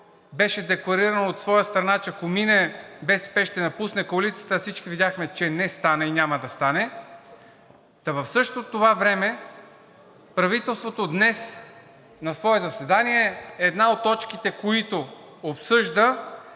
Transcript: беше декларирано от своя страна, че ако мине, БСП ще напусне коалицията, а всички видяхме, че не стана и няма да стане. В същото това време правителството днес на свое заседание – една от точките, които обсъжда,